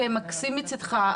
מקסים מצדך,